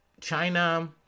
China